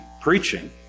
preaching